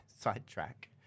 sidetrack